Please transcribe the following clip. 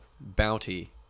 Bounty